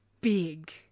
big